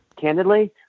candidly